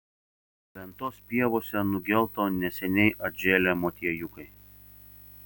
ventos pievose nugelto neseniai atžėlę motiejukai